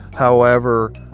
however,